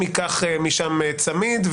ייקח משם צמיד,